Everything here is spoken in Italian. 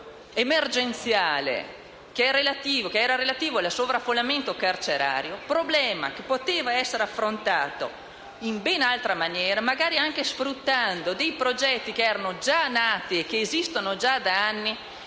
tra l'altro emergenziale, relativo al sovraffollamento carcerario; problema che poteva essere affrontato in ben altra maniera, magari anche sfruttando progetti che erano già nati e che esistono già da anni,